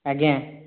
ଆଜ୍ଞା